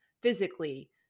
physically